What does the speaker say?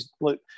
look